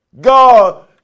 God